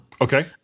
Okay